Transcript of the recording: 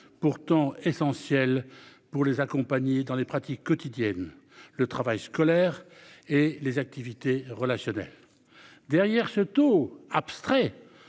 pourtant essentiel pour les accompagner dans les pratiques quotidiennes le travail scolaire et les activités relationnelles. Derrière ce taux abstraits.